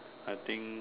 I think